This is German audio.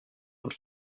und